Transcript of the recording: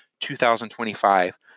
2025